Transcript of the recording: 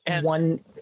One